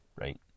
right